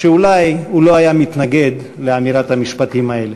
אולי הוא לא היה מתנגד לאמירת המשפטים האלה.